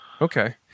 Okay